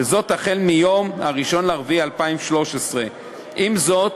וזאת החל מיום 1 באפריל 2013. עם זאת,